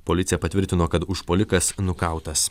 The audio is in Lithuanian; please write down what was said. policija patvirtino kad užpuolikas nukautas